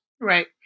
Right